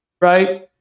Right